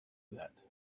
that